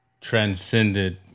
transcended